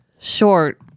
short